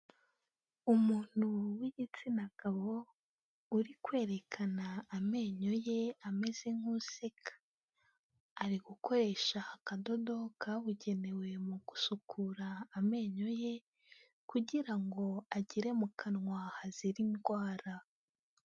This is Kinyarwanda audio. Umuntu w'igitsina gabo uri kwerekana amenyo ye ameze nk'useka, ari gukoresha akadodo kabugenewe mu gusukura amenyo ye kugira ngo agire mu kanwa hazira indwara.